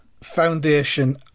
foundation